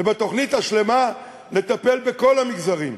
ובתוכנית השלמה נטפל בכל המגזרים,